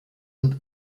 und